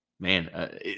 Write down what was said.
Man